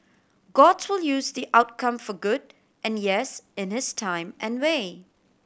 god to use the outcome for good and yes in his time and way